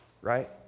right